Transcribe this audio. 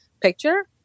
picture